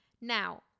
Now